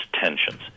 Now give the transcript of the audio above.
tensions